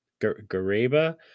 Gareba